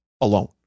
alone